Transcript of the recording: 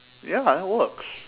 ya lah it works